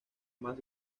más